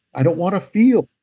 i don't want to feel.